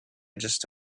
just